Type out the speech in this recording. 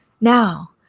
now